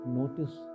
notice